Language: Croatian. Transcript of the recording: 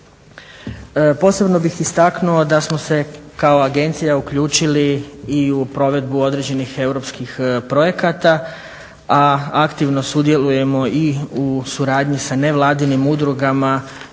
Posebno bih istaknuo da smo se kao agencija uključili i u provedbu određenih europskih projekata, a aktivno sudjelujemo i u suradnji sa nevladinim udrugama